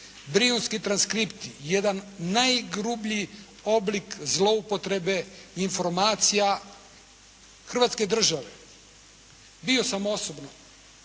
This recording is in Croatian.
Brijunski transkripti jedan najgrublji oblik zloupotrebe informacija Hrvatske države. Bio sam osobno